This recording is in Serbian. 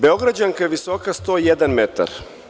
Beograđanka“ je visoka 101 metara.